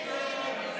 סעיף 2,